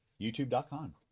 YouTube.com